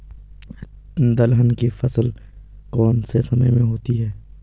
दलहन की फसल कौन से समय में होती है?